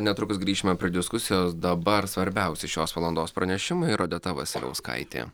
netrukus grįšime prie diskusijos dabar svarbiausi šios valandos pranešimai ir odeta vasiliauskaitė